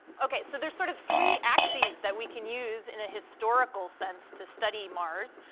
okay, so there's sort of three axes that we can use, in a historical sense, to study mars.